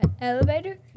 elevator